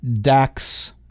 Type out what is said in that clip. Dax